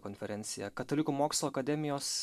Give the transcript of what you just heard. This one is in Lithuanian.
konferenciją katalikų mokslo akademijos